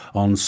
on